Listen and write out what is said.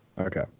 Okay